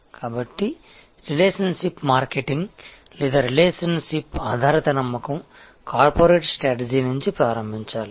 కాబట్టి relationship marketing లేదా relationship ఆధారిత నమ్మకం కార్పొరేట్ స్ట్రాటజీ నుంచి ప్రారంభించాలి